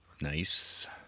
Nice